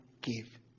give